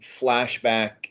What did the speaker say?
flashback